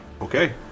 Okay